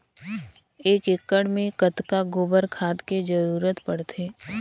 एक एकड़ मे कतका गोबर खाद के जरूरत पड़थे?